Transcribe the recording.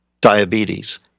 diabetes